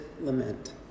lament